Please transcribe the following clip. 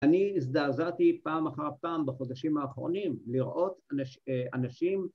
‫אני הזדעזעתי פעם אחר פעם ‫בחודשים האחרונים לראות אנשים...